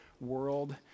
world